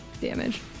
damage